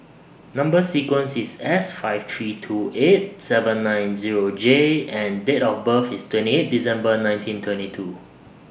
Number sequence IS S five three two eight seven nine Zero J and Date of birth IS twenty eight December nineteen twenty two